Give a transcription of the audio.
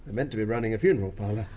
meant to be running a funeral parlour!